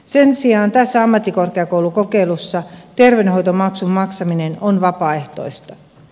sen sijaan tässä ammattikorkeakoulukokeilussa terveydenhoitomaksun maksaminen on vapaaehtoista